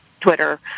twitter